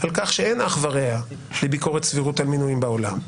על כך שאין אח ורע לביקורת סבירות על מינויים בעולם,